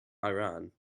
iran